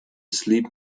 sleep